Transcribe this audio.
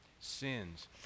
sins